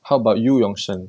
how about you yong shen